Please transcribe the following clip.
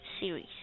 Series